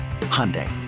Hyundai